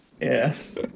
Yes